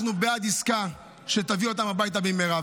אנחנו בעד עסקה שתביא אותם הביתה במהרה.